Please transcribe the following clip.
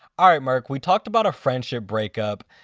ah merk. we talked about friendship breakups.